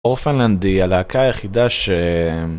אורפנד לנד, היא הלהקה היחידה ש...